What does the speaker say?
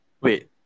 Wait